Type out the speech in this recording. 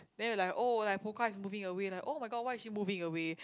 then we like oh like Foo-Kang is moving away like [oh]-my-god why is she moving away